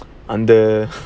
under